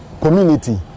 community